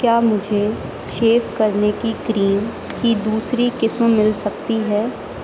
کیا مجھے شیو کرنے کی کریم کی دوسری قسم مل سکتی ہے